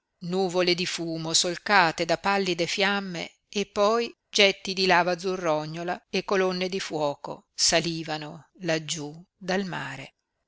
nuvole di fumo solcate da pallide fiamme e poi getti di lava azzurrognola e colonne di fuoco salivano laggiú dal mare